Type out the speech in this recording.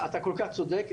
אתה כל כך צודק,